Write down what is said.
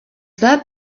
that